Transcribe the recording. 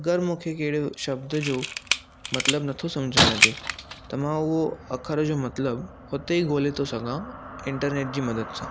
अगरि मूंखे कहिड़े शब्द जो मतिलबु नथो सम्झ में अचे त मां उहो अखर जो मतिलबु उते ई ॻोल्हे थो सघां इंटरनेट जी मदद सां